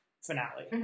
finale